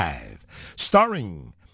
Starring